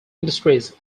industries